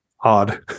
odd